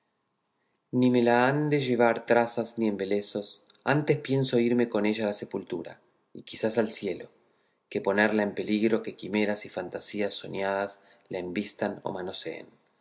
ni me la han de llevar trazas ni embelecos antes pienso irme con ella a la sepultura y quizá al cielo que ponerla en peligro que quimeras y fantasías soñadas la embistan o manoseen